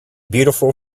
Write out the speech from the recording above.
beautiful